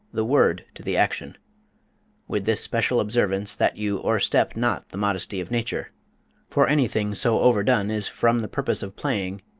the word to the action with this special observance, that you o'erstep not the modesty of nature for anything so overdone is from the purpose of playing,